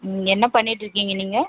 என்ன பண்ணிட்டுருக்கீங்க நீங்கள்